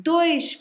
Dois